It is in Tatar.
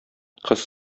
кыз